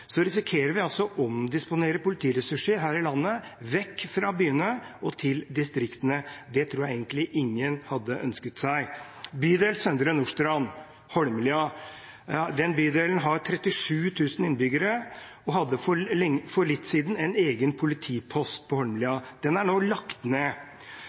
risikerer vi altså å omdisponere politiressurser her i landet vekk fra byene og til distriktene. Det tror jeg egentlig ingen hadde ønsket seg. Bydel Søndre Nordstrand har 37 000 innbyggere, og hadde for litt siden en egen politipost på Holmlia. Den er nå lagt ned.